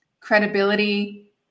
credibility